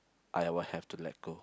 I will have to let go